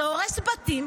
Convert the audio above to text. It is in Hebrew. זה הורס בתים.